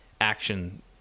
action